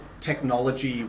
technology